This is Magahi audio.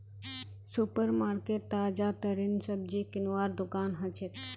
सुपर मार्केट ताजातरीन सब्जी किनवार दुकान हछेक